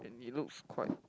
and he looks quite